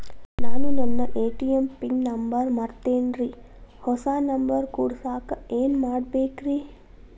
ನಾನು ನನ್ನ ATM PIN number ಮರ್ತೇನ್ರಿ, ಹೊಸಾ ನಂಬರ್ ಕುಡಸಾಕ್ ಏನ್ ಮಾಡ್ಬೇಕ್ರಿ?